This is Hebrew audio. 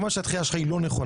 כלומר שהדחייה שלך היא לא נכונה,